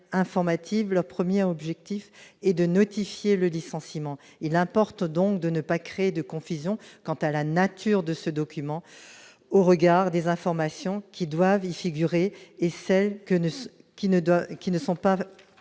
le 1er objectif est de notifier le licenciement, il importe donc de ne pas créer de confusion quant à la nature de ce document au regard des informations qui doivent y figurer et celle que ne se qui